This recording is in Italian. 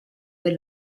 per